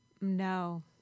no